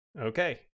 okay